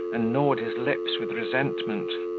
and gnawed his lips with resentment.